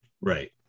Right